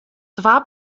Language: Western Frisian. twa